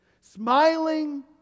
smiling